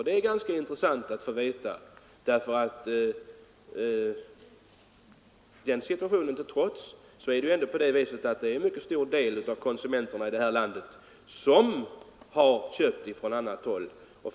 Det är ganska intressant att få veta, för det är ändå en mycket stor del av konsumenterna i det här landet som har köpt från dem.